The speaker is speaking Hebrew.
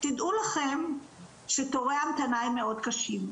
תדעו לכם שתורי ההמתנה הם מאוד קשים,